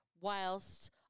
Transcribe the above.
whilst